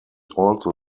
also